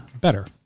better